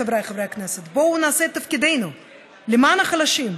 חבריי חברי הכנסת: בואו נעשה את תפקידנו למען החלשים,